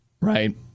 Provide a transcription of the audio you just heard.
Right